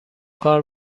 کار